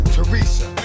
Teresa